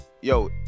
yo